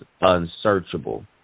unsearchable